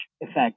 effect